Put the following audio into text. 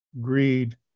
greed